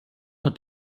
hat